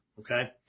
Okay